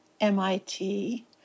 MIT